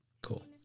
cool